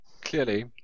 Clearly